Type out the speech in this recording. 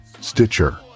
Stitcher